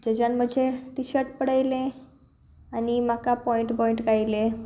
जज्यान म्हजे टिशर्ट पळयलें आनी म्हाका पॉयंट बॉयंट आयलें